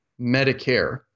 Medicare